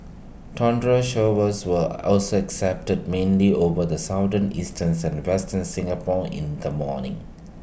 thundery showers were also excepted mainly over the southern eastern is and western Singapore in the morning